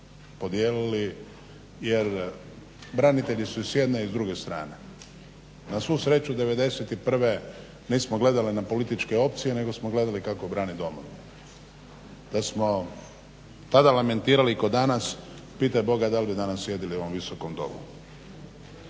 podijelili jer branitelji su i s jedne i s druge strane. Na svu sreću '91. nismo gledali na političke opcije nego smo gledali kako obraniti Domovinu. Da smo tada lamentirali kao danas pitaj Boga da li bi danas sjedili u ovom Visokom domu.